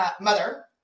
mother